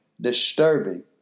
disturbing